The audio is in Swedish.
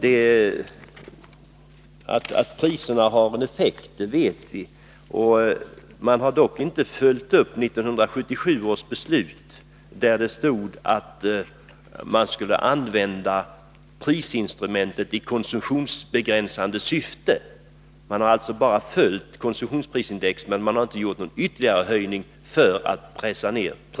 Att priserna har en effekt vet vi, men man har inte följt upp 1977 års beslut om att man skulle använda prisinstrumentet i konsumtionsbegränsande syfte; man har bara följt konsumtionsprisindex men inte gjort någon ytterligare höjning för att pressa ned konsumtionen.